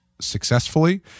successfully